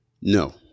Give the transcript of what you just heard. No